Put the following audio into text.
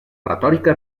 retòrica